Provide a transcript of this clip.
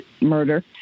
murder